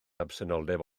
absenoldeb